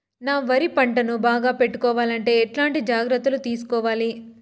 నా వరి పంటను బాగా పెట్టుకోవాలంటే ఎట్లాంటి జాగ్రత్త లు తీసుకోవాలి?